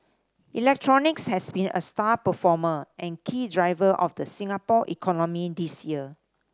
electronics has been a star performer and key driver of the Singapore economy this year